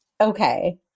Okay